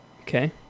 Okay